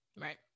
Right